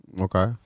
Okay